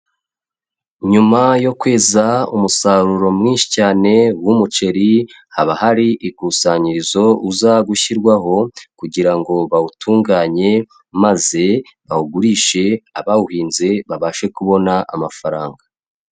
Nyuma yo kweza umusaruro mwinshi cyane w'umuceri, haba hari ikusanyirizo uza gushyirwaho kugira ngo bawutunganye maze bawugurishe abawuhinze babashe kubona amafaranga.